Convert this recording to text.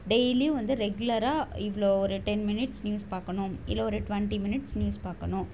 டெய்லியும் வந்து ரெகுலராக இவ்வளோ ஒரு டென் மினிட்ஸ் நியூஸ் பார்க்கணும் இல்லை ஒரு ட்வெண்ட்டி மினிட்ஸ் நியூஸ் பார்க்கணும்